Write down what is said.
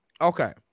okay